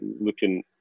looking